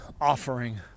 offering